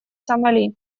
сомали